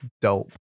dope